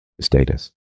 status